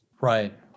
Right